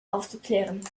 aufzuklären